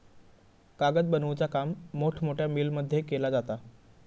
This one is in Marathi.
कागद बनवुचा काम मोठमोठ्या मिलमध्ये केला जाता